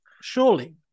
Surely